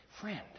Friend